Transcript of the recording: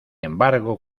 embargo